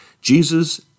Jesus